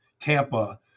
Tampa